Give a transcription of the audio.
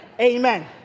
Amen